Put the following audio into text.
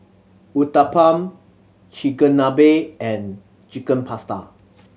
Uthapam Chigenabe and Chicken Pasta